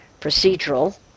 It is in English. procedural